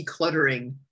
decluttering